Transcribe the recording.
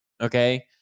Okay